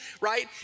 right